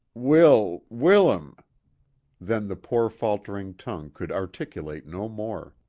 will, will-am then the poor faltering tongue could articulate no more.